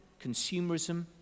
consumerism